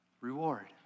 Reward